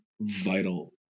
vital